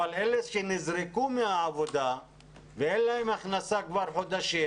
אבל לאלה שנזרקו מהעבודה ואין להם הכנסה כבר חודשים,